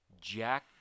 Jack